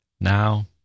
now